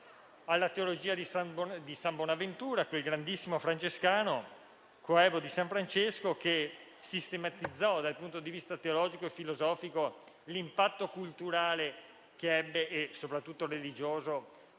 la teologia di San Bonaventura, il grandissimo francescano coevo di san Francesco, che sistematizzò dal punto di vista teologico e filosofico l'impatto culturale, e soprattutto religioso,